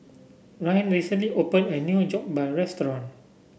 Ryne recently opened a new Jokbal restaurant